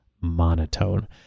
monotone